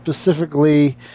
specifically